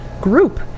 group